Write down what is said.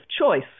choice